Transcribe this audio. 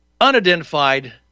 unidentified